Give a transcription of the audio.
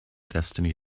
destiny